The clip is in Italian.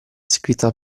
scritta